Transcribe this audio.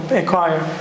acquire